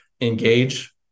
engage